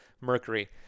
mercury